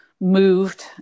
moved